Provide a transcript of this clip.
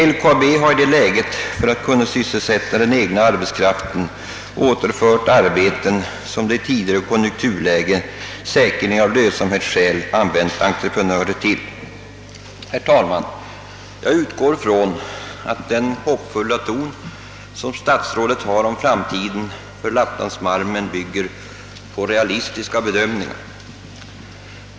LKAB har i det läget för att kunna sysselsätta den egna arbetskraften återfört till företaget arbeten för vilka man i ett tidigare konjunkturläge säkerligen av lönsamhetsskäl använt entreprenörer. Herr talman! Jag utgår från att den hoppfulla ton som statsrådet Wickman anslår när det gäller lapplandsmalmen bygger på realistiska bedömningar.